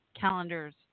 calendars